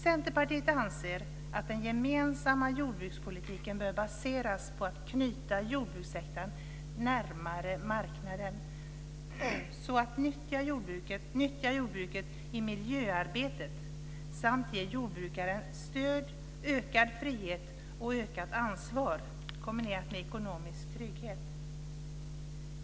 Centerpartiet anser att den gemensamma jordbrukspolitiken bör baseras på att knyta jordbrukssektorn närmare marknaden, på att nyttja jordbruket i miljöarbetet samt ge jordbrukarna ökad frihet och ökat ansvar kombinerat med ekonomisk trygghet.